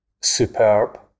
superb